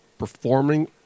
Performing